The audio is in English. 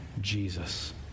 Jesus